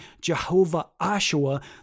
Jehovah-Ashua